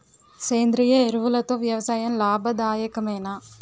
సేంద్రీయ ఎరువులతో వ్యవసాయం లాభదాయకమేనా?